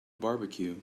barbecue